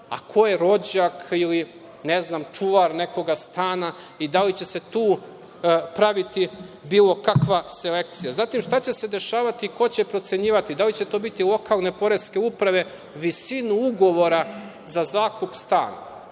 a ko je rođak ili čuvar nekog stana? Da li će se tu praviti bilo kakva selekcija? Zatim, šta će se dešavati, ko će procenjivati, da li će to biti lokalne poreske uprave, visinu ugovora za zakup stana?